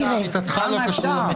כמה אפשר?